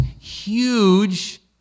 huge